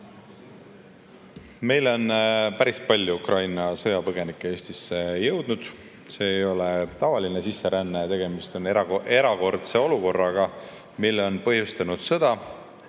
Päris palju Ukraina sõjapõgenikke on Eestisse jõudnud. See ei ole tavaline sisseränne, tegemist on erakordse olukorraga, mille on põhjustanud sõda.